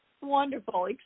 wonderful